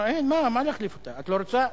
מה להחליף אותה, את לא רוצה?